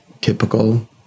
typical